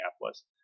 Minneapolis